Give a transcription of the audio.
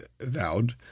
vowed